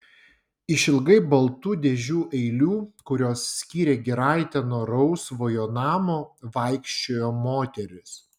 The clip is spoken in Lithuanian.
išilgai baltų dėžių eilių kurios skyrė giraitę nuo rausvojo namo vaikščiojo moteris